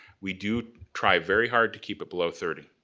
we do try very hard to keep it below thirty.